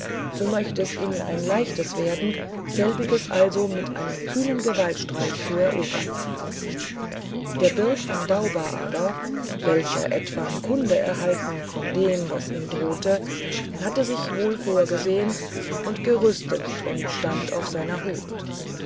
so möcht es jnn ein leichtes werden selbiges also mit einem kühnen gewaltstreich zu erobern der birk von dauba aber welcher etwan kunde erhalten von dem was ihm bedrohte hatte sich wohl vorgesehn und gerüstet und stand auff seiner hut